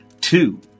Two